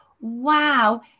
wow